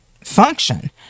function